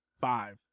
five